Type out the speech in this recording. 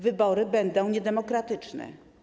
Wybory będą niedemokratyczne.